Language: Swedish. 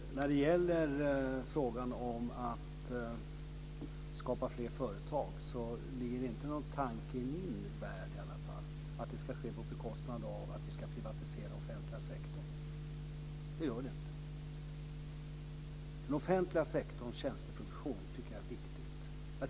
Herr talman! När det gäller frågan om att skapa fler företag finns det inte någon tanke - i alla fall inte i min värld - på att det ska ske genom en privatisering av den offentliga sektorn. Det är viktigt att slå vakt om offentliga sektorns tjänsteproduktion.